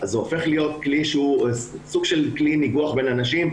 זה הופך להיות סוג של כלי ניגוח בין אנשים,